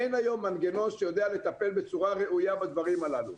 אין היום מנגנון שיודע לטפל בצורה ראויה בדברים הללו.